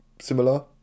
similar